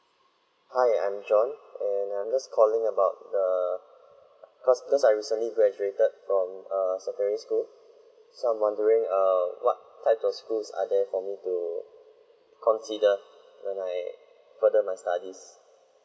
hi I'm john and I'm just calling about err cause cause I recently graduated from err secondary school so I'm wondering err what type of schools are there for me to consider when I further my studies